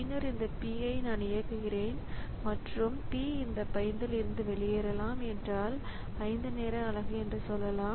பின்னர் இந்த P ஐ நான் இயக்குகிறேன் மற்றும் P இந்த 15 இல் இருந்து வெளியேறலாம் என்றால் 5 நேர அலகு என்று சொல்லலாம்